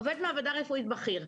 עובד מעבדה רפואית בכיר.